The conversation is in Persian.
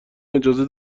اجازه